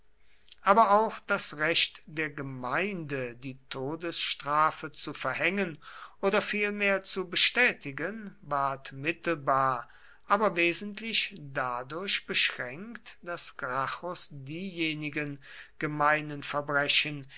aber auch das recht der gemeinde die todesstrafe zu verhängen oder vielmehr zu bestätigen ward mittelbar aber wesentlich dadurch beschränkt daß gracchus diejenigen gemeinen verbrechen